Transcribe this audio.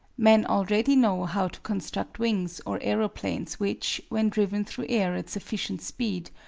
men already know how to construct wings or aeroplanes which, when driven through air at sufficient speed,